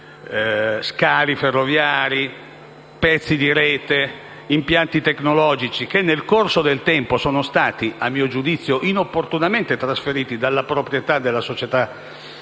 (scali ferroviari, pezzi di rete, impianti tecnologici) che nel corso del tempo sono stati, a mio giudizio, inopportunamente trasferiti dalla proprietà della società